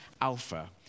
Alpha